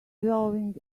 drawing